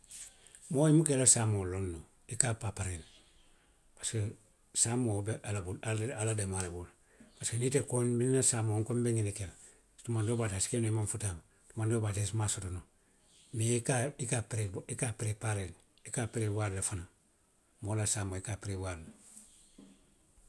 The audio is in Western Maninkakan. Moo i buka i la saamoo loŋ noo. I ka apeperee le. Parisiko saamoo, wo be ala bulu, ala, wo be ala danmaŋ ne bulu. Parisiko niŋ ite ko nna saamoo nko be ňiŋ ne ke la, tumaŋ doobaato a se ke noo i maŋ futa a ma; tumaŋ doobaato a maŋ a sotonoo mee, i ka, i ka a pre, i ka a parepaaree le, i ka a perewaari fanaŋ. Moo la saamoo i ka a perewaari le.